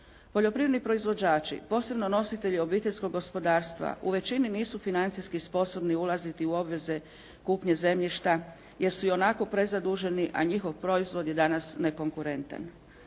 Poljoprivredni proizvođači posebno nositelji obiteljskog gospodarstva u većini nisu financijski sposobni ulaziti u obveze kupnje zemljišta jer su ionako prezaduženi a njihov proizvod je danas nekonkurentan.